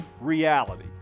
reality